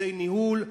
לתפקידי ניהול,